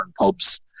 pubs